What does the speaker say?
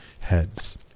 heads